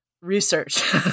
research